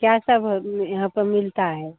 क्या सब आ यहाँ पर मिलता है